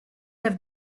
have